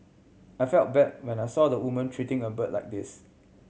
I felt bad when I saw the woman treating a bird like this